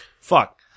Fuck